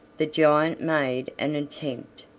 the giant made an attempt,